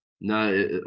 No